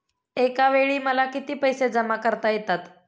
एकावेळी मला किती पैसे जमा करता येतात?